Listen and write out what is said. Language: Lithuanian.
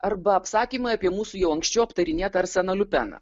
arba apsakymai apie mūsų jau anksčiau aptarinėtą arseną liupeną